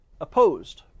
opposed